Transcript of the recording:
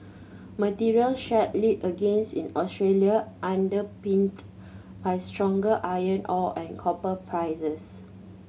materials share led agains in Australia underpinned by stronger iron ore and copper prices